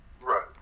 Right